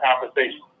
conversation